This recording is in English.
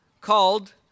called